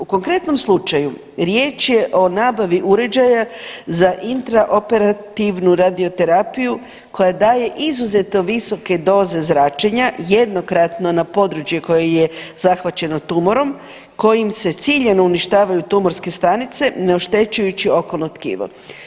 U konkretnom slučaju, riječ je o nabavi uređaja za intra operativnu radioterapiju koja daje izuzetno visoke doze zračenja jednokratno na područje koje je zahvaćeno tumorom kojim se ciljano uništavaju tumorske stanice, ne oštećujući okolno tkivo.